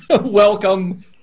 welcome